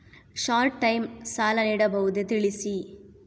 Short time ಸಾಲ ನೀಡಬಹುದೇ ತಿಳಿಸಿ?